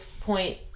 point